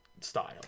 style